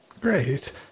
Great